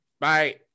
Bye